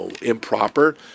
improper